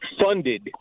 funded